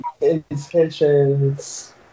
intentions